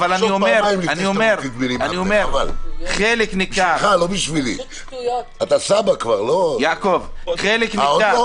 אבל אצלנו בישובים בחברה הערבית המדביק העיקרי היה בחתונות.